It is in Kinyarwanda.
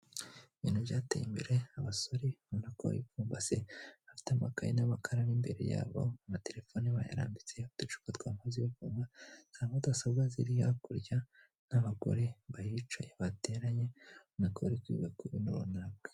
Ibintu byateye imbere abasore babonana ko ipfumba se bafite amakaye n'abakara n'imbere yabo amatelefoni bayaranmbitse aducupa tw'amazi yo kumywa za mudasobwa ziri hakurya n'abagore bahicaye bateranye no kwiga ku bintu bamiraga.